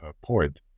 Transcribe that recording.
point